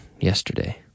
yesterday